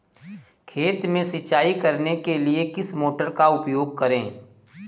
खेत में सिंचाई करने के लिए किस मोटर का उपयोग करें?